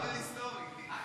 עוול היסטורי.